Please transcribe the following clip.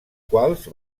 quals